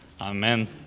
Amen